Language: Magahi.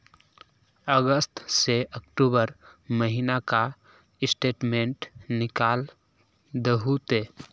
अगस्त से अक्टूबर महीना का स्टेटमेंट निकाल दहु ते?